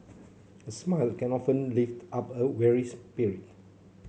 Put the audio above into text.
a smile can often lift up a weary spirit